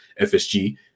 FSG